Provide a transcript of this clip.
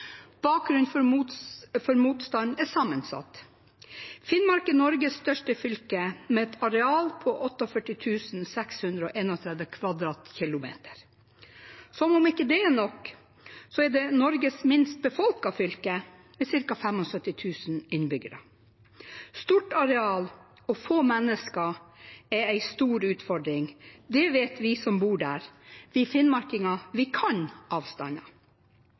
Bakgrunnen for motstanden er sammensatt: Finnmark er Norges største fylke, med et areal på 48 631 km 2 . Som om ikke det er nok, er det Norges minst befolkede fylke, med ca. 75 000 innbyggere. Stort areal og få mennesker er en stor utfordring – det vet vi som bor der. Vi finnmarkinger kan avstander.